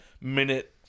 minute